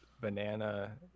banana